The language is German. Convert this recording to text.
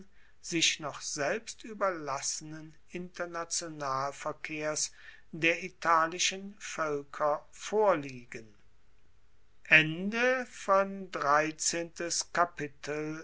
sich noch selbst ueberlassenen internationalverkehrs der italischen voelker vorliegen